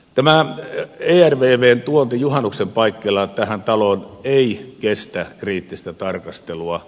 tämä ervvn tuonti juhannuksen paikkeilla tähän taloon ei kestä kriittistä tarkastelua